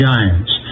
Giants